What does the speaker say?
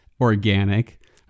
organic